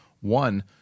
one